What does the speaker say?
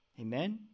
Amen